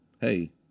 Hey